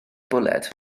bwled